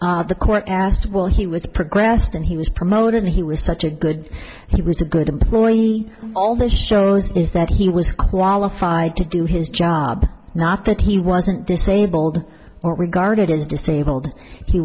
jury the court asked well he was progressed and he was promoted he was such a good he was a good employee all this shows is that he was qualified to do his job market he wasn't disabled or regarded as disabled he